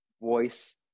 voice